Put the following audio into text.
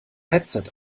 headset